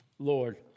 Lord